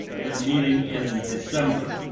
the meeting in december,